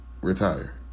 retire